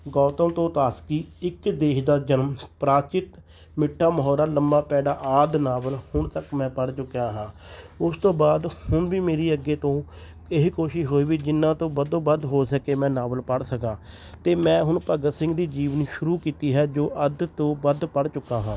ਗੌਤਮ ਤੋਂ ਤਾਸਕੀ ਇੱਕ ਦੇਸ਼ ਦਾ ਜਨਮ ਪ੍ਰਾਚਿਤ ਮਿੱਠਾ ਮਹੁਰਾ ਲੰਮਾ ਪੈਂਡਾ ਆਦਿ ਨਾਵਲ ਹੁਣ ਤੱਕ ਮੈਂ ਪੜ੍ਹ ਚੁੱਕਿਆ ਹਾਂ ਉਸ ਤੋਂ ਬਾਅਦ ਹੁਣ ਵੀ ਮੇਰੀ ਅੱਗੇ ਤੋਂ ਇਹੀ ਕੋਸ਼ਿਸ਼ ਹੋਈ ਵੀ ਜਿੰਨਾ ਤੋਂ ਵੱਧ ਤੋਂ ਵੱਧ ਹੋ ਸਕੇ ਮੈਂ ਨਾਵਲ ਪੜ੍ਹ ਸਕਾਂ ਅਤੇ ਮੈਂ ਹੁਣ ਭਗਤ ਸਿੰਘ ਦੀ ਜੀਵਨੀ ਸ਼ੁਰੂ ਕੀਤੀ ਹੈ ਜੋ ਅੱਧ ਤੋਂ ਵੱਧ ਪੜ੍ਹ ਚੁੱਕਾ ਹਾਂ